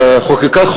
חוקקה,